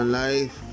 life